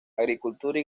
agricultura